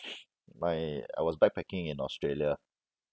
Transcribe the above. my I was backpacking in australia